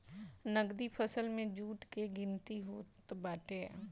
नगदी फसल में जुट कअ गिनती होत बाटे